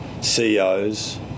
CEOs